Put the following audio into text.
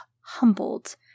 humbled